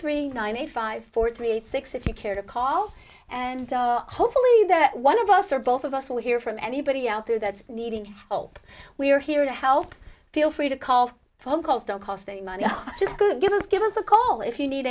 three ninety five four three eight six if you care to call and hopefully that one of us or both of us will hear from anybody out there that's needing help we are here to help feel free to call phone calls don't cost any money just good give us give us a call if you need